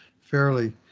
fairly